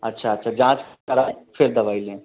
अच्छा अच्छा जाँच करा के फिर दवाई लें